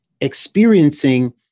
experiencing